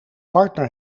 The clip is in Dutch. partner